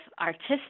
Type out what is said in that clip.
artistic